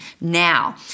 now